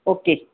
okay